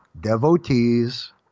devotees